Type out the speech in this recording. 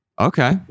Okay